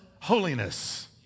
holiness